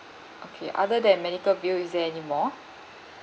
okay other than medical bill is there anymore